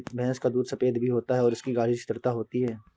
भैंस का दूध सफेद भी होता है और इसकी गाढ़ी स्थिरता होती है